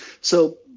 so-